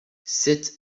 sept